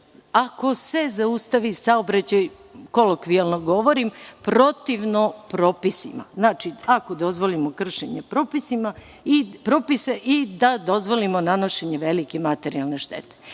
ako se zaustavi saobraćaj, kolokvijalno govorim, protivno propisima. Znači, ako dozvolimo kršenje propisa i da dozvolimo nanošenje velike materijalne štete. Pošto